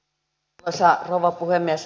arvoisa rouva puhemies